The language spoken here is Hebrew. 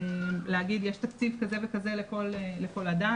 להגיד שיש תקציב כזה וכזה לכל אדם.